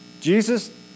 Jesus